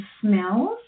smells